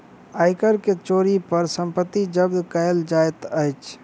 आय कर के चोरी पर संपत्ति जब्त कएल जाइत अछि